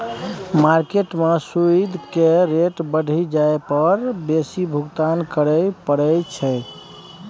market में सूइद केर रेट बढ़ि जाइ पर बेसी भुगतान करइ पड़इ छै